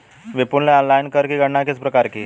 विपुल ने ऑनलाइन कर की गणना किस प्रकार की?